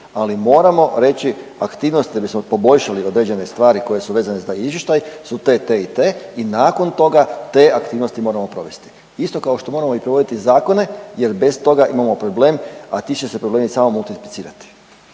ali moramo reći aktivnosti da bismo poboljšali određene stvari koje su vezane za taj izvještaj su te, te i te i nakon toga te aktivnosti moramo provesti. Isto kao što moramo i provoditi zakone jer bez toga imamo problem, a ti će se problemi samo multiplicirati.